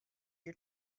your